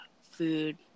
food